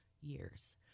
years